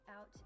out